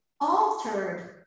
altered